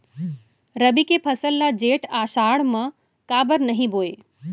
रबि के फसल ल जेठ आषाढ़ म काबर नही बोए?